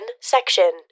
section